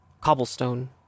cobblestone